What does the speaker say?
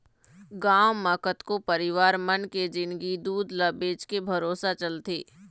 गांव म कतको परिवार मन के जिंनगी दूद ल बेचके भरोसा चलथे